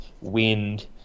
wind